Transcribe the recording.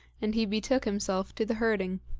and he betook himself to the herding.